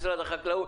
משרד החקלאות,